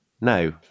no